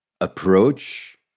approach